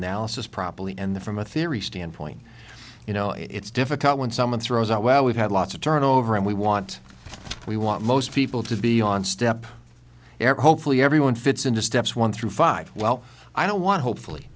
analysis properly and the from a theory standpoint you know it's difficult when someone throws out well we've had lots of turnover and we want we want most people to be on step air hopefully everyone fits into steps one through five well i don't want hopefully